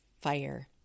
fire